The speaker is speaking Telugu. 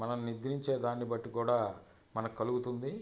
మనం నిద్రించే దాన్ని బట్టి కూడా మనకలుగుతుంది